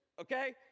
okay